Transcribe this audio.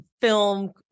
film